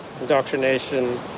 indoctrination